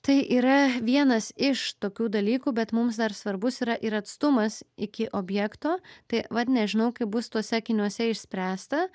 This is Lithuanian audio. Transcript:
tai yra vienas iš tokių dalykų bet mums dar svarbus yra ir atstumas iki objekto tai vat nežinau kaip bus tuose akiniuose išspręsta